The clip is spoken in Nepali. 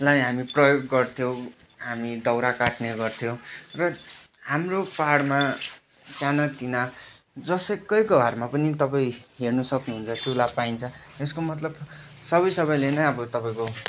लाई हामी प्रयोग गर्थ्यौँ हामी दाउरा काट्ने गर्थ्यौँ र हाम्रो पाहाडमा सानातिना जोसुकैको घरमा पनि तपाईँ हेर्न सक्नुहुन्छ चुला पाइन्छ यसको मतलब सबै सबैले नै अब तपाईँको